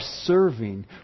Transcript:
serving